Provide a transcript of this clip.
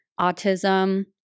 autism